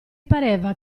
pareva